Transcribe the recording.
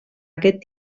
aquest